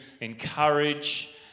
encourage